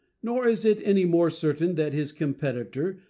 nor is it any more certain that his competitor,